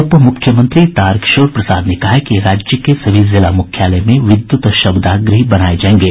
उप मुख्यमंत्री तारकिशोर प्रसाद ने कहा है कि राज्य के सभी जिला मुख्यालय में विद्यूत शवदाह गृह बनाये जायेंगे